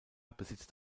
besitzt